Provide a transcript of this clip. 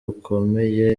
bukomeye